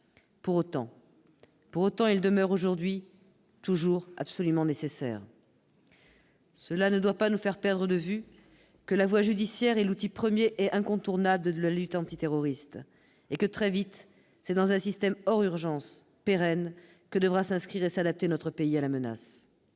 Pour autant, il demeure aujourd'hui absolument nécessaire. Cela ne doit pas nous faire perdre de vue que la voie judiciaire est l'outil premier et incontournable de la lutte antiterroriste et que, très vite, c'est dans un système hors urgence, pérenne, que notre pays devra s'inscrire et s'adapter à la menace.